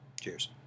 Cheers